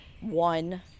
one